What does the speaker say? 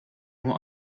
nur